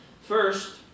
First